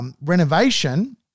Renovation